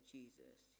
Jesus